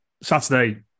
Saturday